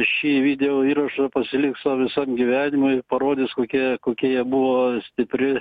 šį videoįrašą pasiliks sau visam gyvenimui ir parodys kokie kokie jie buvo stipri